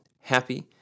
happy